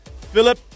Philip